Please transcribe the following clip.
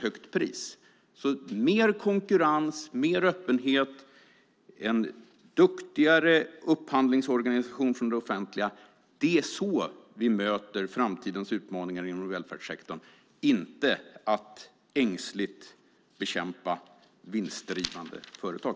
Det är med mer konkurrens, mer öppenhet och en skickligare upphandlingsorganisation hos det offentliga vi möter framtidens utmaningar inom välfärdssektorn, inte genom att ängsligt bekämpa vinstdrivande företag.